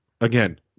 again